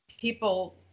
people